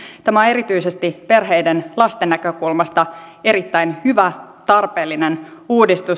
tämä on erityisesti perheiden lasten näkökulmasta erittäin hyvä ja tarpeellinen uudistus